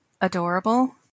adorable